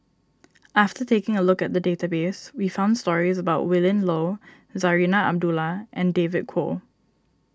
after taking a look at the database we found stories about Willin Low Zarinah Abdullah and David Kwo